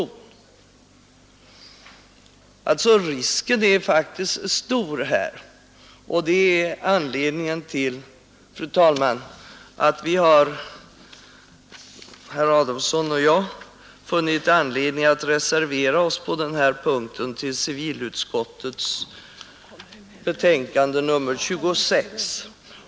Risken för en utveckling av det slag jag skisserat är faktiskt stor, fru talman, och det är anledningen till att herr Adolfsson och jag reserverat oss på denna punkt i civilutskottets betänkande nr 26.